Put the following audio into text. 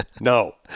No